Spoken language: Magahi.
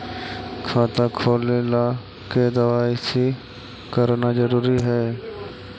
खाता खोले ला के दवाई सी करना जरूरी है?